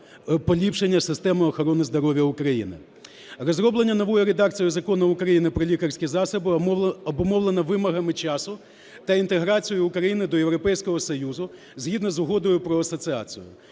поліпшення системи охорони здоров'я України. Розроблення нової редакції Закону України про лікарські засоби обумовлено вимогами часу та інтеграцією України до Європейського Союзу згідно з Угодою про асоціацію.